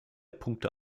punkte